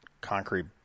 concrete